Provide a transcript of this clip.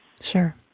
Sure